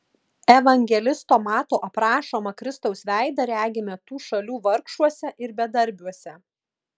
evangelisto mato aprašomą kristaus veidą regime tų šalių vargšuose ir bedarbiuose